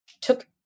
took